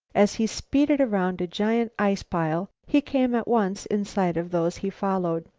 as he speeded around a gigantic ice-pile he came at once in sight of those he followed.